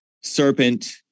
serpent